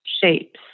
shapes